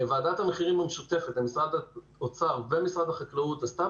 ועדת המחירים המשותפת למשרד האוצר ולמשרד החקלאות עשתה